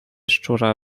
szczura